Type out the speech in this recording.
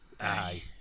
aye